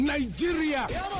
Nigeria